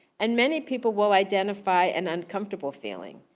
and many people will identify an uncomfortable feeling.